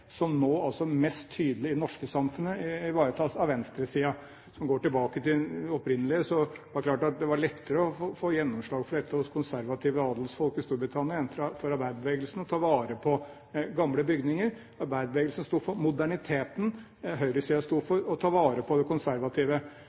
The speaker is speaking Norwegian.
som nå ivaretas mest tydelig i det norske samfunnet av venstresiden. Hvis en går tilbake til det opprinnelige, er det klart at det var lettere å få gjennomslag for det å ta vare på gamle bygninger hos konservative adelsfolk i Storbritannia enn innenfor arbeiderbevegelsen. Arbeiderbevegelsen sto for moderniteten, høyresiden sto for å ta vare på, det konservative.